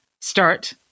start